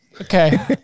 Okay